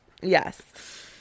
Yes